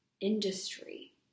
industry